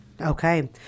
Okay